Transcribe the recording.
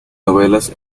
novelas